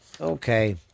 Okay